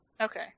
Okay